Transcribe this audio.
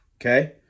Okay